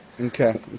Okay